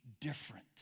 different